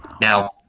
Now